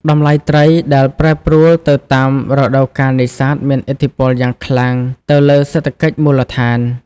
តម្លៃត្រី ដែលប្រែប្រួលទៅតាមរដូវកាលនេសាទមានឥទ្ធិពលយ៉ាងខ្លាំងទៅលើសេដ្ឋកិច្ចមូលដ្ឋាន។